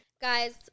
Guys